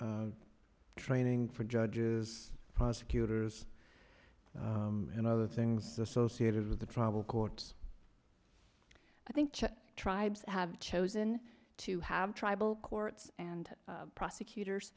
training for judges prosecutors and other things associated with the tribal courts i think tribes have chosen to have tribal courts and prosecutors